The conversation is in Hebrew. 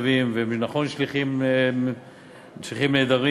תעודה של האזרח, תעודה טכנית, משהו פיזיקלי,